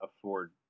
afford